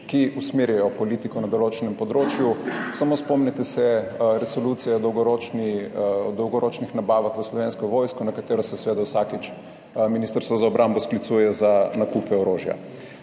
ki usmerjajo politiko na določenem področju. Samo spomnite se resolucije o dolgoročnih nabavah v Slovenski vojski, na katero se seveda vsakič Ministrstvo za obrambo sklicuje za nakupe orožja.